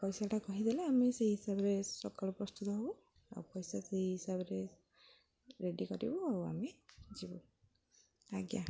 ପଇସାଟା କହିଦେଲେ ଆମେ ସେଇ ହିସାବରେ ସକାଳୁ ପ୍ରସ୍ତୁତ ହେବୁ ଆଉ ପଇସା ସେଇ ହିସାବରେ ରେଡ଼ି କରିବୁ ଆଉ ଆମେ ଯିବୁ ଆଜ୍ଞା